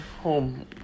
home